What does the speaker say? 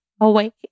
awake